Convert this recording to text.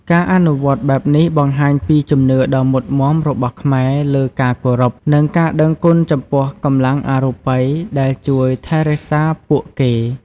ការអនុវត្តបែបនេះបង្ហាញពីជំនឿដ៏មុតមាំរបស់ខ្មែរលើការគោរព និងការដឹងគុណចំពោះកម្លាំងអរូបិយដែលជួយថែរក្សាពួកគេ។